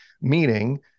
meaning